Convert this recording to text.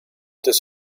this